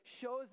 shows